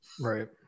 right